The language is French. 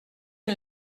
une